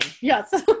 yes